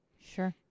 sure